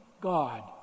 God